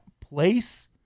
place